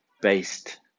based